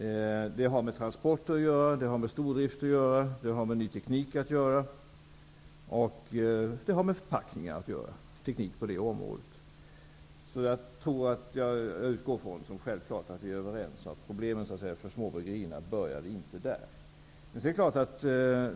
Det har att göra med traditioner, stordrift, ny teknik och förpackningar. Jag utgår från att det är självklart att vi är överens om att problemen för småbryggerierna inte började i samband med PET-lagen.